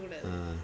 ah